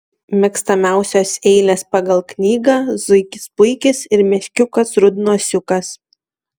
mėgstamiausios eilės pagal knygą zuikis puikis ir meškiukas rudnosiukas